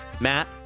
Matt